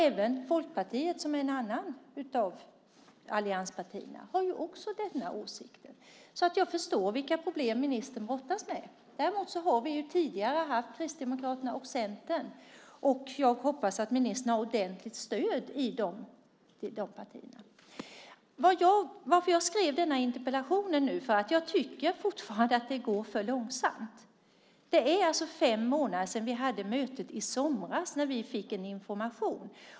Även Folkpartiet, som också är ett alliansparti, har nämnda åsikt så jag förstår vilka problem ministern brottas med. Sedan har vi ju Kristdemokraterna och Centern. Jag hoppas att ministern har ett ordentligt stöd i de partierna. Anledningen till att jag har skrivit denna interpellation är att jag fortfarande tycker att det går för långsamt. Det är fem månader sedan vi i somras hade det möte då vi fick information.